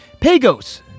Pagos